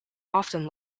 often